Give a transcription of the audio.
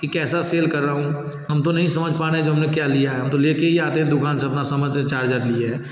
कि कैसा सेल कर रहा हूँ हम तो नहीं समझ पा रहें कि हम ने क्या लिया है हम तो ले के ही आते हैं दुकान से अपना समान तो चार्जर लिए है